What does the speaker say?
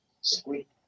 squeak